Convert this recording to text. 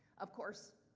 of course,